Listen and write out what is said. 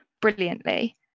brilliantly